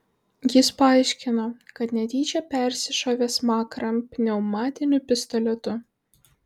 jis paaiškino kad netyčia persišovė smakrą pneumatiniu pistoletu